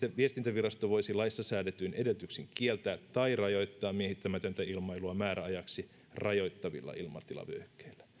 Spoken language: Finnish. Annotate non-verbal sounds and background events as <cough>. <unintelligible> ja viestintävirasto voisi laissa säädetyin edellytyksin kieltää tai rajoittaa miehittämätöntä ilmailua määräajaksi rajoittavilla ilmatilavyöhykkeillä